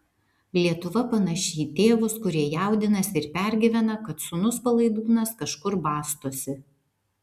lietuva panaši į tėvus kurie jaudinasi ir pergyvena kad sūnus palaidūnas kažkur bastosi